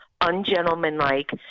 ungentlemanlike